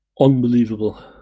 unbelievable